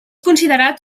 considerat